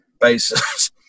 basis